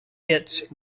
its